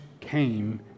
came